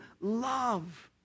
love